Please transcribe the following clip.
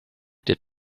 that